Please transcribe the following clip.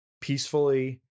peacefully